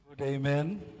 Amen